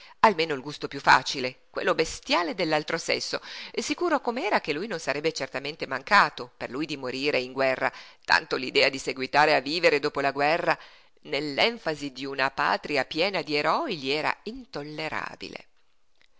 almeno il gusto piú facile quello bestiale dell'altro sesso sicuro com'era che non sarebbe certamente mancato per lui di morire in guerra tanto l'idea di seguitare a vivere dopo la guerra nell'enfasi d'una patria piena d'eroi gli era intollerabile